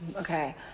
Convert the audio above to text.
Okay